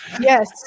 Yes